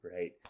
Right